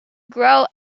grow